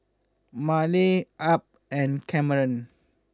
Maleah Ab and Cameron